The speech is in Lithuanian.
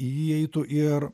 į jį įeitų ir